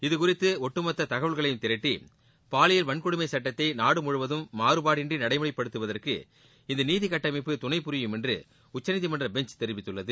இது குறித்த ஒட்டு மொத்த தகவல்களையும் திரட்டி பாலியல் வன்கொடுமை சுட்டத்தை நாடு முழுவதும் மாறுபாடின்றி நடைமுறைப்படுத்துவதற்கு இந்த நீதி கட்டமைப்பு துணைபுரியும் என்று உச்சநீதிமன்ற பெஞ்ச் தெரிவித்துள்ளது